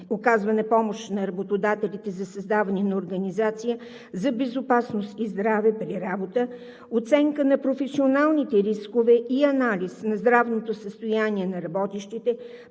оказване помощ на работодателите за създаване на организация за безопасност и здраве при работа, оценка на професионалните рискове и анализ на здравното състояние на работещите,